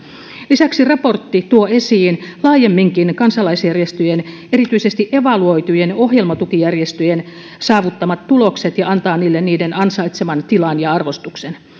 lisäksi raportti tuo esiin laajemminkin kansalaisjärjestöjen erityisesti evaluoitujen ohjelmatukijärjestöjen saavuttamat tulokset ja antaa niille niiden ansaitseman tilan ja arvostuksen